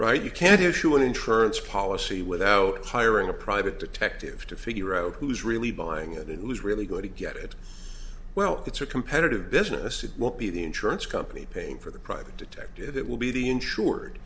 right you can't issue an insurance policy without hiring a private detective to figure out who's really buying it it was really good to get it well it's a competitive business it will be the insurance company paying for the private detective that will be the insured